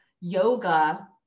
yoga